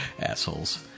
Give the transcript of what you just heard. Assholes